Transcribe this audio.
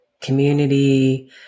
community